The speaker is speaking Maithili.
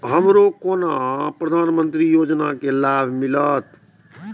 हमरो केना प्रधानमंत्री योजना की लाभ मिलते?